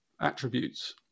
attributes